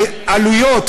זה עלויות,